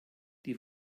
die